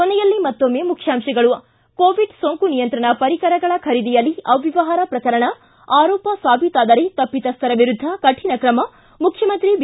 ಕೊನೆಯಲ್ಲಿ ಮತ್ತೊಮ್ಮೆ ಮುಖ್ಯಾಂತಗಳು ಿ ಕೋವಿಡ್ ಸೋಂಕು ನಿಯಂತ್ರಣ ಪರಿಕರಗಳ ಖರೀದಿಯಲ್ಲಿ ಅವ್ಡವಹಾರ ಪ್ರಕರಣ ಆರೋಪ ಸಾಬೀತಾದರೆ ತಪ್ಪಿತಸ್ವರ ವಿರುದ್ದ ಕಠಿಣ ಕ್ರಮ ಮುಖ್ಚಮಂತ್ರಿ ಬಿ